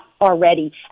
Already